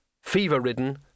fever-ridden